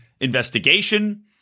investigation